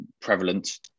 prevalent